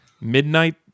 midnight